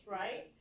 right